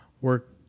work